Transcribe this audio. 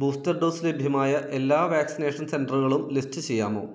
booster dose ലഭ്യമായ എല്ലാ vaccination സെൻ്ററുകളും ലിസ്റ്റ് ചെയ്യാമോ